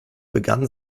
begann